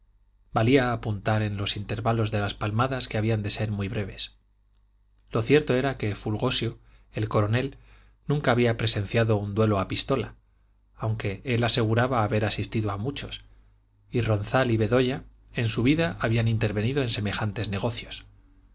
valía apuntar en los intervalos de las palmadas que habían de ser muy breves lo cierto era que fulgosio el coronel nunca había presenciado un duelo a pistola aunque él aseguraba haber asistido a muchos y ronzal y bedoya en su vida habían intervenido en semejantes negocios